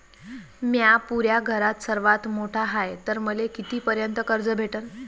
म्या पुऱ्या घरात सर्वांत मोठा हाय तर मले किती पर्यंत कर्ज भेटन?